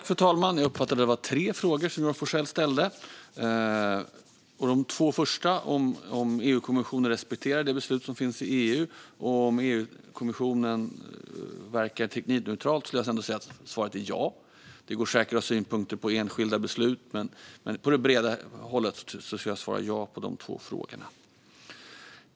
Fru talman! Jag uppfattade att det var tre frågor som Joar Forssell ställde. På de två första, om EU-kommissionen respekterar de beslut som finns i EU och om EU-kommissionen verkar teknikneutralt, skulle jag säga att svaret är ja. Det går säkert att ha synpunkter på enskilda beslut, men brett hållet skulle jag svara ja på de två frågorna.